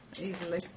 Easily